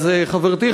אז חברתי,